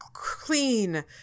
clean